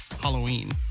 Halloween